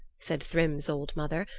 said thrym's old mother.